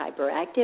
hyperactive